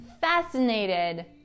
fascinated